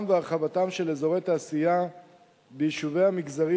והרחבתם של אזורי תעשייה ביישובי המגזרים.